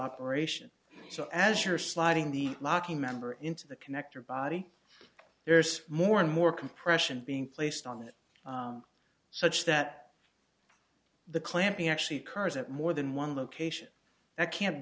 operation so as you are sliding the locking member into the connector body there's more and more compression being placed on it such that the clamping actually occurs at more than one location that can't